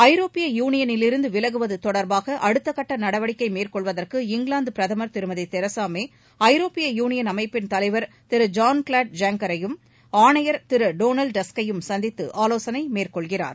ஐரோப்பிய யூனியனிலிருந்து விலகுவது தொடர்பாக அடுத்த கட்ட நடவடிக்கை மேற்கொள்வதற்கு இங்கிலாந்து பிரதமர் திருமதி தெரசா மே ஐரோப்பிய யூனியன் அமைப்பின் தலைவர் திரு ஜான் க்ளாட் ஜங்க்கரையும் ஆணையர் திரு டொனால்ட் டஸ்க்கையும் சந்தித்து ஆலோசனை மேற்கொள்கிறார்